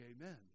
amen